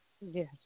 Yes